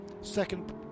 second